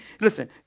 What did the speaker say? listen